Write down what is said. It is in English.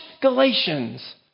Galatians